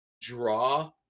draw